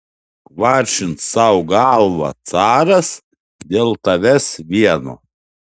kvaršins sau galvą caras dėl tavęs vieno